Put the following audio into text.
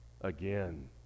again